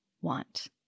want